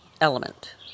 element